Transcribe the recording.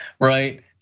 Right